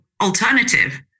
alternative